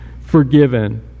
forgiven